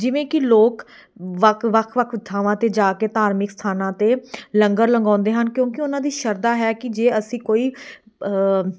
ਜਿਵੇਂ ਕਿ ਲੋਕ ਵੱਖ ਵੱਖ ਵੱਖ ਥਾਵਾਂ 'ਤੇ ਜਾ ਕੇ ਧਾਰਮਿਕ ਸਥਾਨਾਂ 'ਤੇ ਲੰਗਰ ਲਗਾਉਂਦੇ ਹਨ ਕਿਉਂਕਿ ਉਹਨਾਂ ਦੀ ਸ਼ਰਧਾ ਹੈ ਕਿ ਜੇ ਅਸੀਂ ਕੋਈ